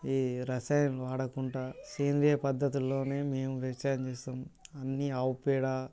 ఈ రసాయణాలు వాడకుండా సేంద్రీయ పద్ధతుల్లోనే మేము వ్యవసాయం చేస్తాము అన్నీ ఆవు పేడ